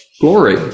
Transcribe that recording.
glory